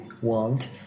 want